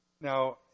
Now